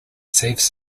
saves